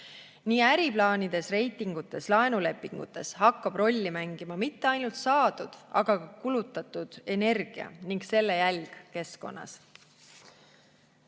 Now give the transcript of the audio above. Nii äriplaanides, reitingutes, laenulepingutes hakkab rolli mängima mitte ainult saadu, aga ka kulutatud energia ning selle jälg keskkonnas.Me